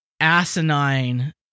asinine